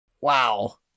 Wow